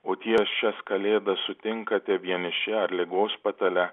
o tie šias kalėdas sutinkate vieniši ar ligos patale